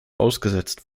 ausgesetzt